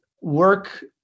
work